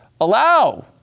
allow